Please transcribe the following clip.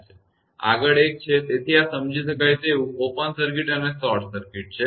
આગળ એક છે તેથી આ સમજી શકાય તેવું ઓપન સર્કિટ અને શોર્ટ સર્કિટ છે